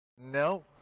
No